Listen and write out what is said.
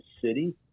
city